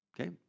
Okay